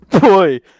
boy